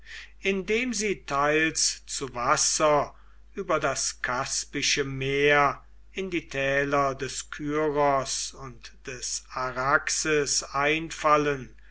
indem sie teils zu wasser über das kaspische meer in die täler des kyros und des araxes einfallen